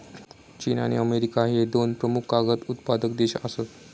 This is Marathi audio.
चीन आणि अमेरिका ह्ये दोन प्रमुख कागद उत्पादक देश आसत